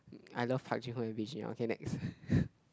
I love Park Ji hoon and B_G okay next